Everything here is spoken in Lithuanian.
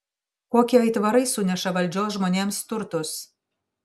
kokie aitvarai suneša valdžios žmonėms turtus